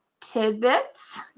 tidbits